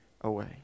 away